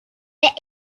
der